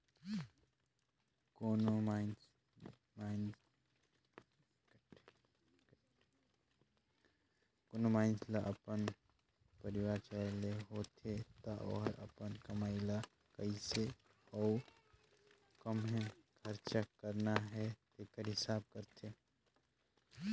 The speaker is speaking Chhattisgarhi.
कोनो मइनसे ल अपन परिवार चलाए ले होथे ता ओहर अपन कमई ल कइसे अउ काम्हें खरचा करना हे तेकर हिसाब करथे